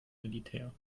militär